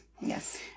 Yes